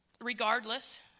Regardless